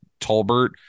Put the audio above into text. Tolbert